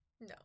No